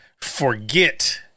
forget